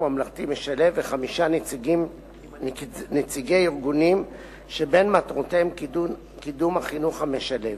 ממלכתי משלב וחמישה נציגי ארגונים שבין מטרותיהם קידום החינוך המשלב.